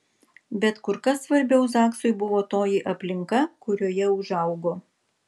bet kur kas svarbiau zaksui buvo toji aplinka kurioje užaugo